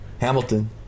Hamilton